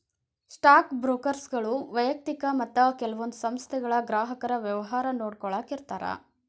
stock ಬ್ರೋಕರ್ಗಳು ವ್ಯಯಕ್ತಿಕ ಮತ್ತ ಕೆಲವೊಂದ್ ಸಂಸ್ಥೆಗಳ ಗ್ರಾಹಕರ ವ್ಯವಹಾರ ನೋಡ್ಕೊಳ್ಳಾಕ ಇರ್ತಾರ